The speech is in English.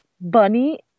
Bunny